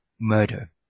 murder